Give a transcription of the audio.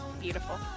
beautiful